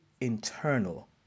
internal